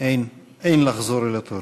אין לחזור אל התור.